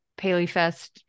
PaleyFest